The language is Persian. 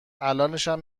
الانشم